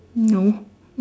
no